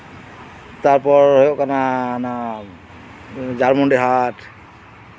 ᱛᱟᱨᱯᱚᱨ ᱦᱩᱭᱩᱜ ᱠᱟᱱᱟ ᱚᱱᱟ ᱡᱷᱟᱨᱢᱩᱱᱰᱤ ᱦᱟᱴ